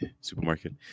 supermarket